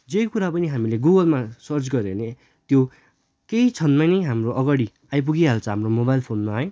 जे कुरा पनि हामीले गुगलमा सर्च गऱ्यो भने त्यो केही क्षणमा नै हाम्रो अगाडि आइपुगिहाल्छ हाम्रो मोबाइल फोनमा है